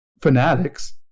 fanatics